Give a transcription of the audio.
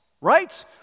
right